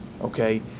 okay